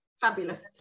fabulous